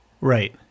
Right